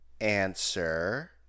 answer